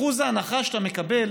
אחוז ההנחה שאתה מקבל